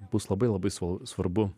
bus labai labai sval svarbu